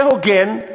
זה הוגן,